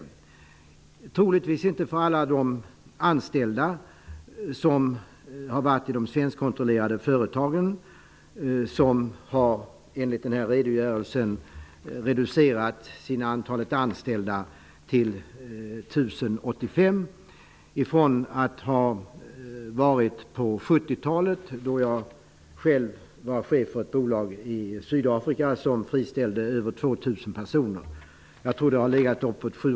Ja, troligtvis inte för alla anställda som har funnits i de svenskkontrollerade företagen, som enligt den här redogörelsen har reducerat sitt antal anställda till 1 085 från att på 70-talet -- då var jag själv chef för ett bolag i Sydafrika som friställde över 2 000 personer -- ha varit 7 000--8 0000.